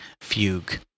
fugue